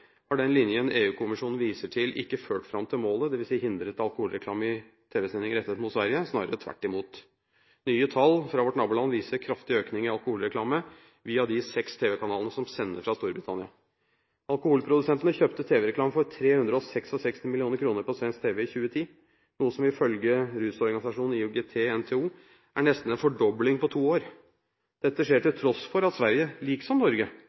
har den linjen EU-kommisjonen viser til, ikke ført fram til målet, dvs. hindret alkoholreklame i tv-sendinger rettet mot Sverige – snarere tvert imot. Nye tall fra vårt naboland viser kraftig økning i alkoholreklame via de seks tv-kanalene som sender fra Storbritannia. Alkoholprodusentene kjøpte tv-reklame for 366 mill. kr på svensk tv i 2010, noe som ifølge rusorganisasjonen IOGT-NTO er nesten en fordobling på to år. Dette skjer til tross for at Sverige – liksom Norge